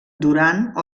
durant